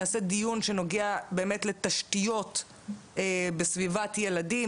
נעשה דיון שנוגע באמת לתשתיות בסביבת ילדים,